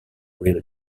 real